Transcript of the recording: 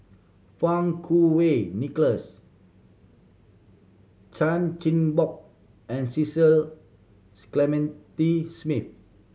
Fang Kuo Wei Nicholas Chan Chin Bock and Cecil Clementi Smith